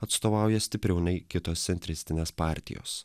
atstovauja stipriau nei kitos centristinės partijos